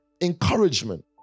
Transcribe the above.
encouragement